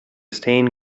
stained